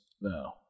No